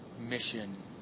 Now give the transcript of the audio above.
Mission